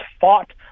fought